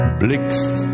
blickst